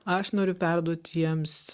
aš noriu perduot jiems